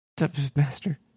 Master